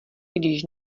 když